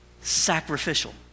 sacrificial